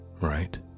Right